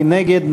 מי נגד?